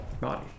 body